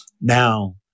Now